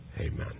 Amen